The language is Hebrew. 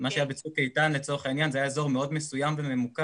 מה שהיה ב'צוק איתן' לצורך העניין זה היה אזור מאוד מסוים וממוקד,